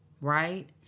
right